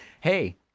hey